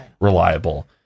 reliable